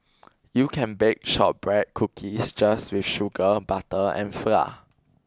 you can bake shortbread cookies just with sugar and butter and flour